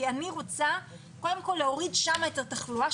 כי אני רוצה קודם כל להוריד שם את התחלואה,